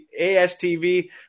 ASTV